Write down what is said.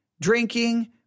drinking